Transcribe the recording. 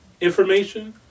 information